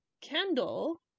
Kendall